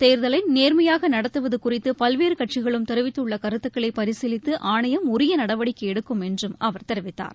தேர்தலை நேர்மையாக நடத்துவது குறித்து பல்வேறு கட்சிகளும் தெரிவித்துள்ள கருத்துக்களை பரிசீலித்து ஆணையம் உரிய நடவடிக்கை எடுக்கும் என்று அவர் தெரிவித்தார்